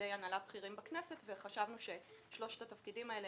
לתפקידי הנהלה בכירים בכנסת וחשבנו ששלושת התפקידים האלה,